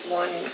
one